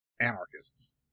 Anarchists